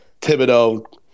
Thibodeau